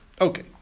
Okay